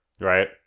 right